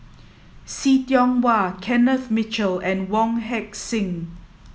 see Tiong Wah Kenneth Mitchell and Wong Heck Sing